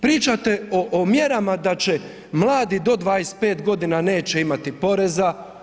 Pričate o mjerama da će mladi do 25 godina neće imati poreza.